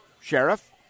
Sheriff